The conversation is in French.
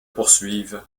poursuivent